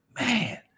Man